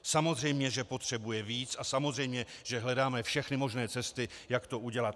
Samozřejmě že potřebuje víc a samozřejmě že hledáme všechny možné cesty, jak to udělat.